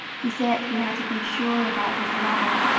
he said he had to be sure about his mother,